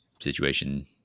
situation